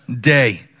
day